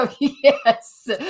yes